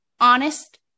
honest